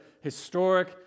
historic